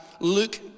Luke